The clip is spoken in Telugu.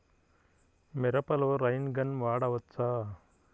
మిరపలో రైన్ గన్ వాడవచ్చా?